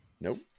Nope